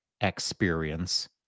experience